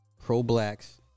pro-blacks